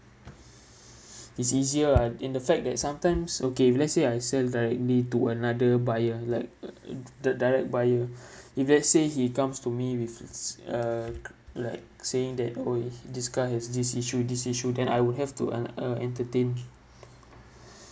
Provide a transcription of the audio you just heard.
it's easier lah in the fact that sometimes okay if let's say I sell directly to another buyer like uh the direct buyer if let's say he comes to me with this uh like saying that oh this guy has this issue this issue then I will have to en~ uh entertain